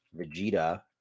Vegeta